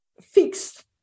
fixed